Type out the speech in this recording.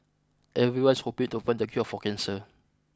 everyone's hoping to find the cure for cancer